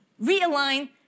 realign